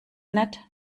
nett